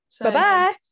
Bye-bye